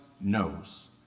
knows